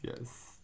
Yes